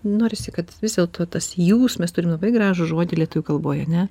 norisi kad vis dėlto tas jausmas turim labai gražų žodį lietuvių kalboj ane